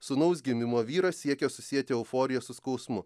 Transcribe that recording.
sūnaus gimimo vyras siekia susieti euforiją su skausmu